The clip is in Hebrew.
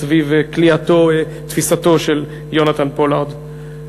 סביב כליאתו-תפיסתו של יונתן פולארד.